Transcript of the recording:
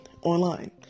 online